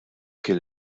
kien